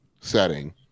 setting